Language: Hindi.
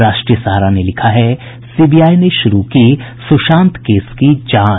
राष्ट्रीय सहारा ने लिखा है सीबीआई ने शुरू की सुशांत केस की जांच